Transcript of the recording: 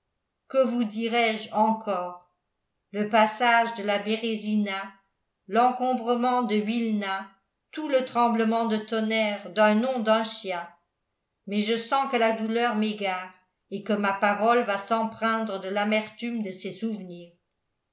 que vous dirai-je encore le passage de la bérésina l'encombrement de wilna tout le tremblement de tonnerre de nom d'un chien mais je sens que la douleur m'égare et que ma parole va s'empreindre de l'amertume de ces souvenirs